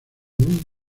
muy